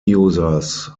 users